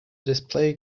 display